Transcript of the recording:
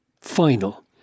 final